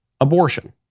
abortion